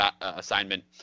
assignment